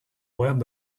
web